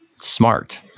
smart